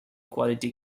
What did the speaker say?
quality